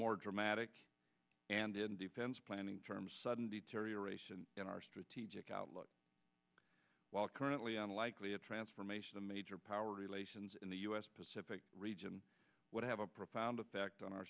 more dramatic and in defense planning terms sudden the terrier ration in our strategic outlook while currently unlikely a transformation a major power relations in the us pacific region would have a profound effect on our